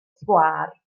sgwâr